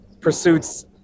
pursuits